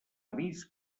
avis